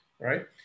right